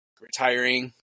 retiring